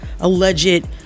alleged